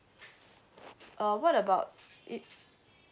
uh what about it